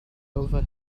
over